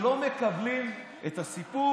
אתה הפעלת את יצחקי.